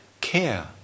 care